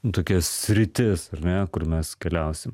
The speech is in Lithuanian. tokia sritis ar ne kur mes keliausim